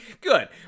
Good